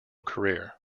career